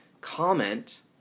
comment